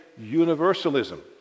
universalism